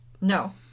No